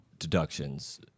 deductions